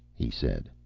he said.